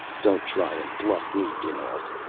don't try and buff me, dinalt,